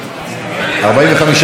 45 בעד, 30 מתנגדים.